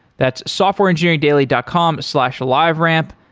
that's softwareengineeringdaily dot com slash liveramp.